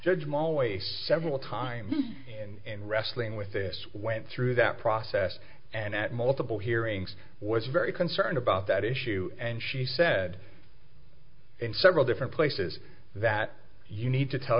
judge molloy several times in wrestling with this went through that process and at multiple hearings was very concerned about that issue and she said in several different places that you need to tell